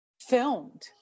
filmed